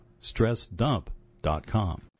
StressDump.com